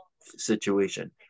situation